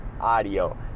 audio